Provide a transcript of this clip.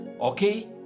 okay